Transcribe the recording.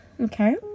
okay